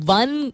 one